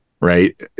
Right